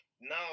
now